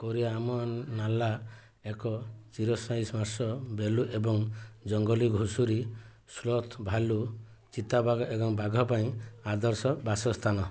କୋରିଆଆମନ ନାଲ୍ଲା ଏକ ଚିରସ୍ଥାୟୀ ମାର୍ଶ ବେଲୁ ଏବଂ ଜଙ୍ଗଲୀ ଘୁଷୁରୀ ସ୍ଲଥ୍ ଭାଲୁ ଚିତାବାଘ ଏବଂ ବାଘ ପାଇଁ ଆଦର୍ଶ ବାସସ୍ଥାନ